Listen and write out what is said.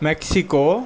Mexico